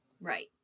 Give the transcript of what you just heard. Right